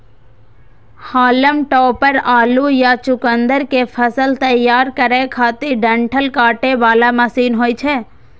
हाल्म topper आलू या चुकुंदर के फसल तैयार करै खातिर डंठल काटे बला मशीन होइ छै